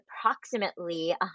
approximately